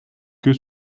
que